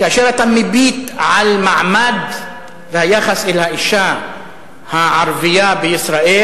כאשר אתה מביט על המעמד והיחס אל האשה הערבייה בישראל,